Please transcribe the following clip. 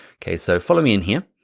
okay, so follow me in here.